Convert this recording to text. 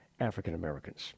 African-Americans